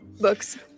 books